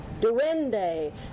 Duende